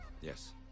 Yes